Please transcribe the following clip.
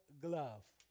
glove